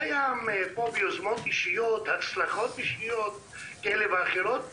הוא קיים ביוזמות אישיות והצלחות אישיות כאלה ואחרות,